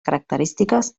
característiques